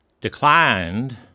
declined